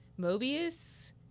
Mobius